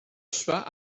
sefyllfa